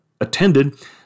attended